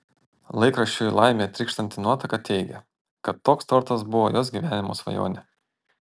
laikraščiui laime trykštanti nuotaka teigė kad toks tortas buvo jos gyvenimo svajonė